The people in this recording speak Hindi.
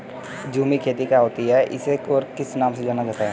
झूम खेती क्या होती है इसे और किस नाम से जाना जाता है?